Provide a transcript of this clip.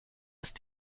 ist